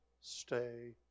stay